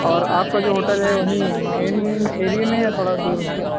اور آپ کا جو ہوٹل ہے وہیں مین ایریے میں یا تھوڑا دور میں